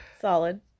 Solid